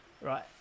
Right